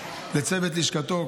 לצוות לשכתו,